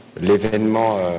l'événement